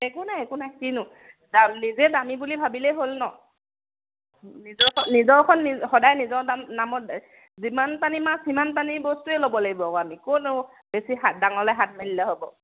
একো নাই একো নাই কিনো নিজে দামী বুলি ভাবিলেই হ'ল ন নিজৰ নিজৰখন সদায় নিজৰ দাম নামত যিমান পানী মাছ সিমান পানী বস্তুৱে ল'ব লাগিব আমি কৰনো বেছি হাত মেলিলে হ'ব